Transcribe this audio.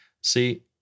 See